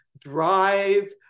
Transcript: drive